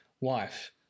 wife